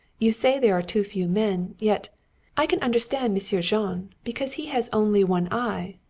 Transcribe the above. you say there are too few men. yet i can understand monsieur jean, because he has only one eye.